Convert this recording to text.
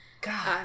God